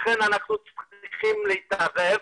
לכן אנחנו צריכים להתערב,